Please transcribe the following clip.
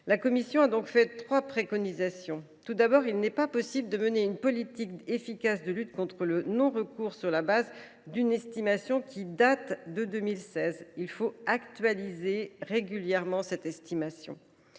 la commission a fait trois préconisations. Tout d’abord, il n’est pas possible de mener une politique efficace de lutte contre le non recours sur le fondement d’une estimation datant de 2016. Il faut actualiser régulièrement cette estimation.